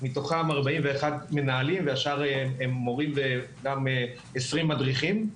מתוכם 41 מנהלים והשאר הם מורים וגם 20 מדריכים.